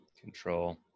Control